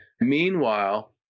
Meanwhile